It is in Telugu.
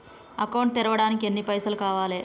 అకౌంట్ తెరవడానికి ఎన్ని పైసల్ కావాలే?